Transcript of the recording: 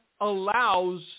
allows